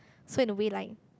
so in a way like